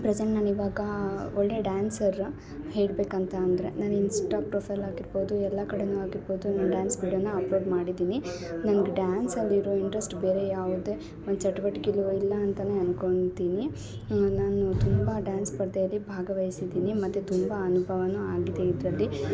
present ನಾನು ಈವಾಗ ಒಳ್ಳೆಯ ಡ್ಯಾನ್ಸರ್ ಹೇಳಬೇಕಂತ ಅಂದರೆ ನನ್ನ ಇನ್ಸ್ಟಾ ಪ್ರೊಫೈಲ್ ಆಗಿರ್ಬೌದು ಎಲ್ಲಾ ಕಡೆ ಆಗಿರ್ಬೌದು ನನ್ನ ಡ್ಯಾನ್ಸ್ ವಿಡಿಯೋನ ಅಪ್ಲೋಡ್ ಮಾಡಿದ್ದೀನಿ ನಂಗೆ ಡ್ಯಾನ್ಸ್ ಅಲ್ಲಿರೋ ಇಂಟ್ರೆಸ್ಟ್ ಬೇರೆ ಯಾವುದೇ ಒಂದು ಚಟುವಟಿಕೆಯಲ್ಲೂ ಇಲ್ಲ ಅಂತ ಅನ್ಕೊತೀನಿ ನಾನು ತುಂಬ ಡ್ಯಾನ್ಸ್ ಸ್ಪರ್ಧೆಯಲ್ಲಿ ಭಾಗವಹಿಸಿದ್ದೀನಿ ಮತ್ತು ತುಂಬ ಅನ್ಭವವೂ ಆಗಿದೆ ಇದರಲ್ಲಿ